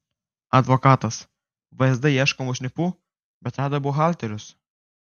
advokatas vsd ieškojo šnipų bet rado buhalterius